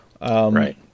Right